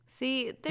See